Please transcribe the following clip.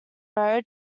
mode